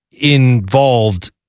involved